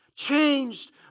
Changed